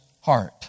heart